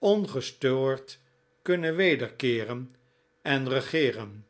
ongestoord kunnen wederkeeren en regeeren